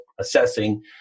assessing